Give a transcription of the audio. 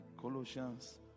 Colossians